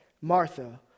Martha